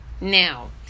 now